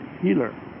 healer